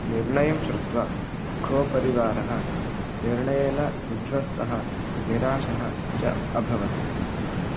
निर्णयं श्रुत्वा खोपरिवारः निर्णयेन विध्वस्तः निराशः च अभवत्